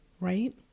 Right